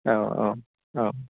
औ औ औ